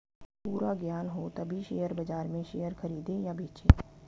पूरा ज्ञान हो तभी शेयर बाजार में शेयर खरीदे या बेचे